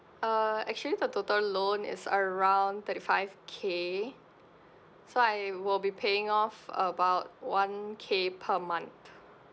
uh actually the total loan is around thirty five K so I will be paying off about one K per month